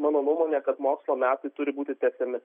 mano nuomone kad mokslo metai turi būti tęsiami